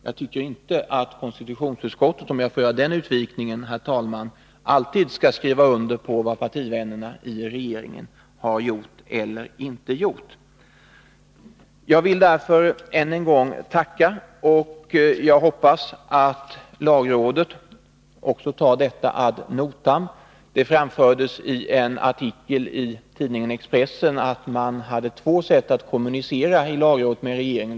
Jag tycker inte att konstitutionsutskottet — om jag, herr talman, får göra den utvikningen — alltid skall skriva under på vad partivännerna i regeringen har gjort eller inte gjort. Jag vill därför än en gång tacka justitieministern, och jag hoppas att lagrådet också tar vad som här sagts ad notam. Det framfördes i en artikel i tidningen Expressen att lagrådet hade två sätt att kommunicera med regeringen.